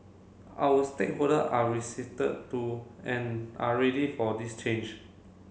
our stakeholder are to and are ready for this change